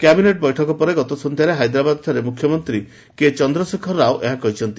cabinet ବୈଠକ ପରେ ଗତ ସନ୍ଧ୍ୟାରେ ହାଇଦ୍ରାବାଦଠାରେ ମୁଖ୍ୟମନ୍ତ୍ରୀ କେ ଚନ୍ଦ୍ରଶେଖର ରାଓ ଏହା କହିଛନ୍ତି